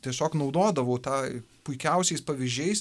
tiesiog naudodavau tą puikiausiais pavyzdžiais